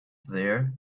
there